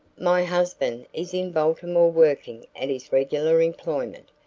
my husband is in baltimore working at his regular employment,